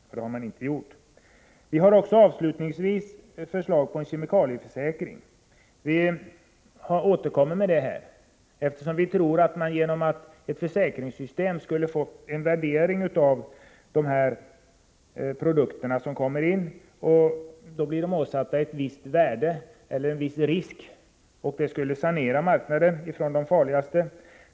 Avslutningsvis vill jag säga att vi har återkommit med ett förslag om kemikalieförsäkring, eftersom vi tror att man genom ett försäkringssystem skulle få en värdering av de produkter som kommer in. De blir då åsatta ett visst värde eller en viss risk. Det skulle sanera marknaden från de farligaste produkterna.